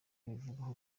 bivugwaho